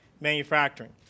manufacturing